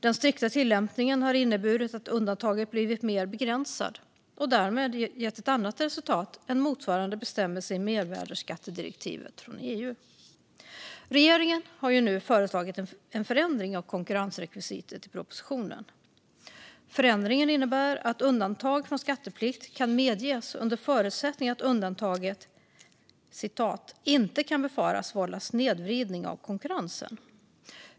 Den strikta tillämpningen har inneburit att undantaget blivit mer begränsat och därmed ger ett annat resultat än motsvarande bestämmelse i mervärdesskattedirektivet från EU. Regeringen har nu i propositionen föreslagit en förändring av konkurrensrekvisitet. Förändringen innebär att undantag från skatteplikt kan medges under förutsättning att undantaget "inte kan befaras vålla snedvridning av konkurrensen."